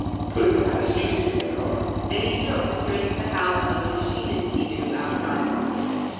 i put it in the passenger seat of my car and he drove straight to the house of a machinist he knew outside of austin.